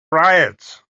riot